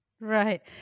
Right